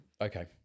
Okay